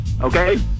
Okay